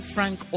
Frank